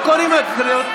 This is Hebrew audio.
אתה תגיד אחר כך את דעתך?